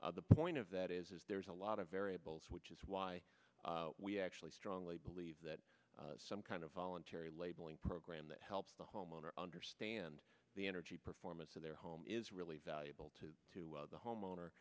system the point of that is there's a lot of variables which is why we actually strongly believe that some kind of voluntary labeling program that helps the homeowner understand the energy performance of their home is really valuable to the homeowner